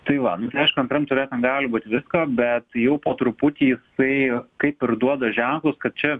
tai va nu tai aišku antram ture ten gali būt visko bet jau po truputį jisai kaip ir duoda ženklus kad čia